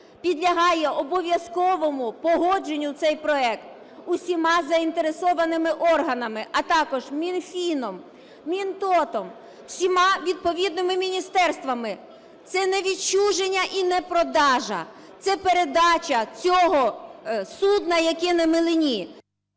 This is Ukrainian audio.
підлягає обов'язковому погодженню, цей проект, усіма заінтересованими органами, а також Мінфіном, МінТОТом, всіма відповідними міністерства. Це не відчуження і не продаж – це передача цього судна, яке на мілині...